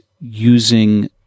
using